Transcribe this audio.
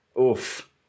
oof